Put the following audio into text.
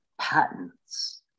patents